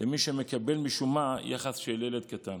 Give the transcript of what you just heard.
למי שמקבל משום מה יחס של ילד קטן.